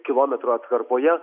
kilometrų atkarpoje